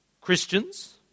Christians